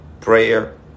prayer